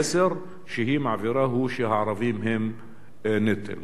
המסר שהיא מעבירה הוא שהערבים הם נטל".